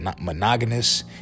monogamous